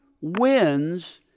wins